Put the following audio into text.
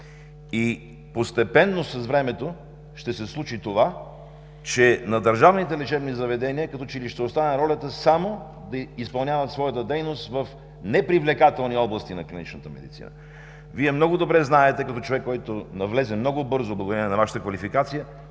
Постепенно с времето ще се случи това, че на държавните лечебни заведения, като че ли ще остане ролята само да изпълняват своята дейност в непривлекателни области на клиничната медицина. Вие много добре знаете, като човек, който навлезе много бързо, благодарение на Вашата квалификация,